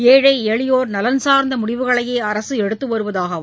ஏழை எளியோர் நலன் சார்ந்த முடிவுகளையே அரசு எடுத்து வருவதாகவும்